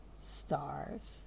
stars